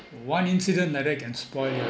one incident like that can spoil your